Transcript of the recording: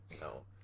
no